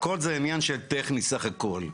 הכול זה עניין של טכני סך הכול.